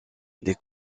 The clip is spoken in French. des